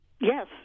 Yes